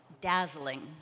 dazzling